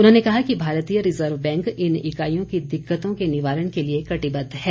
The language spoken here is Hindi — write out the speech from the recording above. उन्होंने कहा कि भारतीय रिजर्व बैंक इन इकाईयों की दिक्कतों के निवारण के लिए कटिबद्ध है